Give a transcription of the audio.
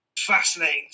fascinating